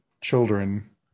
children